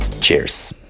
cheers